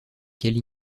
quelle